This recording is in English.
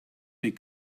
big